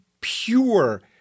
pure